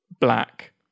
black